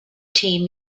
team